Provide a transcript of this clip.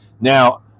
Now